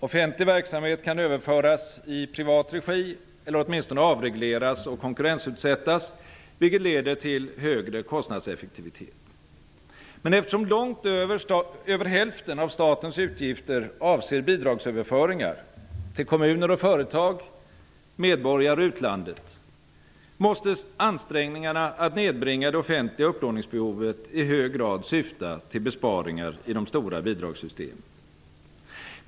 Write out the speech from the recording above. Offentlig verksamhet kan överföras i privat regi eller åtminstone avregleras och konkurrensutsättas, vilket leder till högre kostnadseffektivitet. Men eftersom långt över hälften av statens utgifter avser bidragsöverföringar -- till kommuner och företag, medborgare och utlandet -- måste ansträngningarna att nedbringa det offentliga upplåningsbehovet i hög grad syfta till besparingar i de stora bidragssystemen.